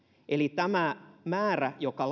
tämä määrä joka